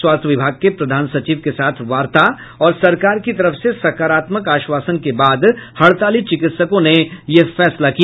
स्वास्थ्य विभाग के प्रधान सचिव के साथ वार्ता और सरकार की तरफ से सकारात्मक आश्वासन के बाद हड़ताली चिकित्सकों ने यह फैसला किया